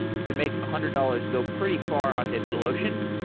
you can make a hundred dollars go pretty far on digitalocean.